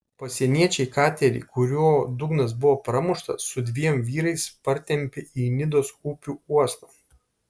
pasieniečiai katerį kurio dugnas buvo pramuštas su dviem vyrais partempė į nidos upių uostą